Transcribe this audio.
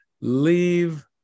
Leave